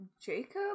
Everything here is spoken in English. Jacob